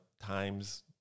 times